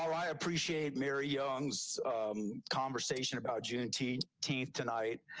i appreciate mary young's conversation about juneteenth teeth tonight.